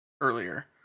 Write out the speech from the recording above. earlier